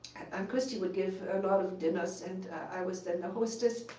um christy would give a lot of dinners and i was then the hostess.